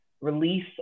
release